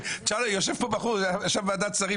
יושב פה בחור שישב בוועדת שרים,